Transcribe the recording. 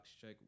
check